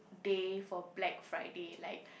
day for Black-Friday like